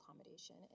accommodation